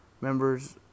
members